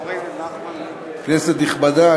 כנסת נכבדה,